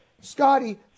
Scotty